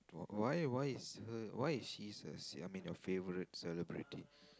wh~ why why is her why is she's a I mean your favourite celebrity